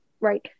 right